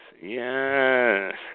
Yes